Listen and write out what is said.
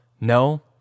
No